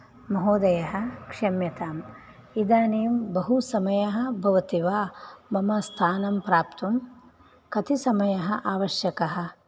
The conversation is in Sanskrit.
महोदय क्षम्यताम् इदानीं बहु समयः भवति वा मम स्थानं प्राप्तुं कति समयः आवश्यकः